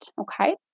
okay